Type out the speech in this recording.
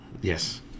yes